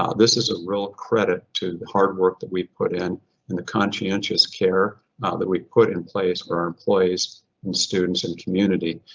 ah this is a real credit to the hard work that we put in and the conscientious care that we put in place for our employees and students and community.